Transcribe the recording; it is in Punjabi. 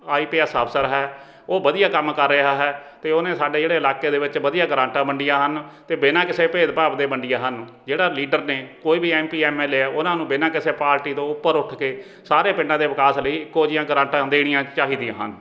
ਆਈ ਪੀ ਐੱਸ ਅਫਸਰ ਹੈ ਉਹ ਵਧੀਆ ਕੰਮ ਕਰ ਰਿਹਾ ਹੈ ਅਤੇ ਉਹਨੇ ਸਾਡੇ ਜਿਹੜੇ ਇਲਾਕੇ ਦੇ ਵਿੱਚ ਵਧੀਆ ਗਰਾਂਟਾਂ ਵੰਡੀਆਂ ਹਨ ਅਤੇ ਬਿਨਾਂ ਕਿਸੇ ਭੇਦਭਾਵ ਦੇ ਵੰਡੀਆਂ ਹਨ ਜਿਹੜਾ ਲੀਡਰ ਨੇ ਕੋਈ ਵੀ M P M L A ਹੈ ਉਹਨਾਂ ਨੂੰ ਬਿਨਾਂ ਕਿਸੇ ਪਾਰਟੀ ਤੋਂ ਉੱਪਰ ਉੱਠ ਕੇ ਸਾਰੇ ਪਿੰਡਾਂ ਦੇ ਵਿਕਾਸ ਲਈ ਇੱਕੋ ਜਿਹੀਆਂ ਗਰਾਂਟਾਂ ਦੇਣੀਆਂ ਚਾਹੀਦੀਆਂ ਹਨ